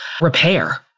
repair